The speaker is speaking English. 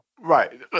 Right